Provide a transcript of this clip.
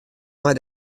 nei